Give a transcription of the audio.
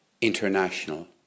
International